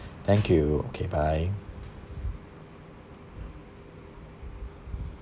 thank you okay bye